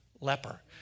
leper